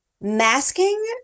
masking